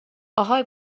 اهای